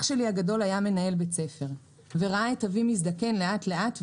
אח שלי הגדול היה מנהל בית ספר וראה את אבי מזדקן לאט לאט,